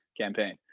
campaign